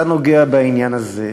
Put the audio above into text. אתה נוגע בעניין הזה,